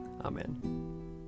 Amen